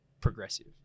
progressive